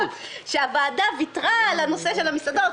שהוועדה ויתרה על נושא המסעדות,